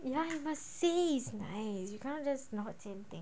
ya you must say it's nice you cannot just not say anything